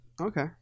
Okay